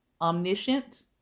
Omniscient